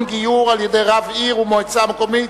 ועדת המינויים),